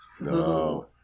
No